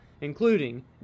including